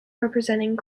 representing